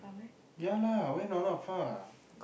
ya lah where got not far